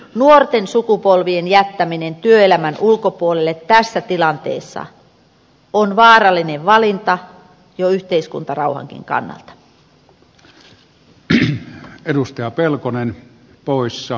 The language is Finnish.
nuorten sukupolvien jättäminen työelämän ulkopuolelle tässä tilanteessa on vaarallinen valinta jo yhteiskuntarauhankin kannalta